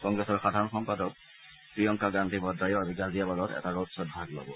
কংগ্ৰেছৰ সাধাৰণ সম্পাদক প্ৰিয়ংকা গান্ধী ভাদ্ৰাইয়ো আজি গাজিয়াবাদত এটা ৰড শ্বত ভাগ লব